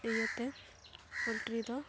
ᱤᱭᱟᱹᱛᱮ ᱯᱳᱞᱴᱨᱤ ᱫᱚ